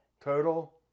Total